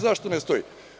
Zašto ne stoji?